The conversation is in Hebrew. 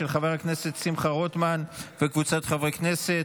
של חבר הכנסת רוטמן וקבוצת חברי הכנסת.